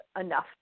enough